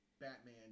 Batman